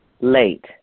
late